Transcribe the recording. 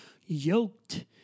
yoked